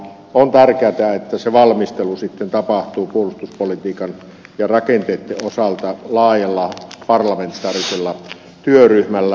on tärkeätä että se valmistelu sitten tapahtuu puolustuspolitiikan ja rakenteitten osalta laajalla parlamentaarisella työryhmällä